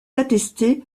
attesté